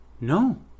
No